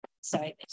Sorry